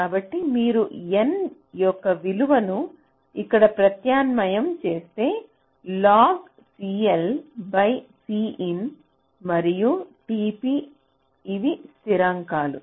కాబట్టి మీరు N యొక్క విలువను ఇక్కడ ప్రత్యామ్నాయం చేస్తే logCLCin మరియు tp ఇవి స్థిరాంకాలు